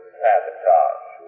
sabotage